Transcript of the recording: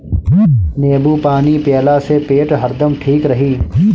नेबू पानी पियला से पेट हरदम ठीक रही